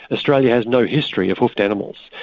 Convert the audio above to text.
australia has no history of hoofed animals.